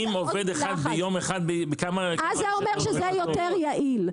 אחד ביום אחד בכמה --- אז זה אומר שזה יותר יעיל.